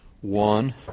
One